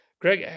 Greg